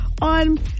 on